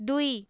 ଦୁଇ